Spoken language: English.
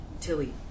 Tilly